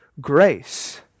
grace